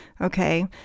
Okay